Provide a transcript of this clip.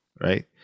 right